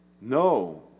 No